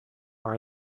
are